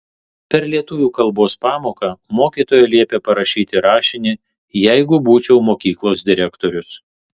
per lietuvių kalbos pamoką mokytoja liepė parašyti rašinį jeigu būčiau mokyklos direktorius